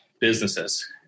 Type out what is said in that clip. businesses